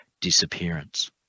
disappearance